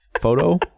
photo